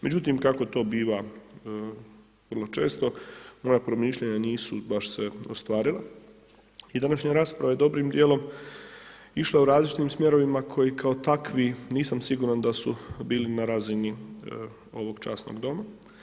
Međutim, kako to biva vrlo često, moja promišljanja nisu baš se ostvarila i današnja rasprava je dobrim dijelom išla u različitim smjerovima koji kao takvi, nisam siguran da su bili na razini ovog časnog Doma.